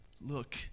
look